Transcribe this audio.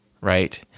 right